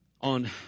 on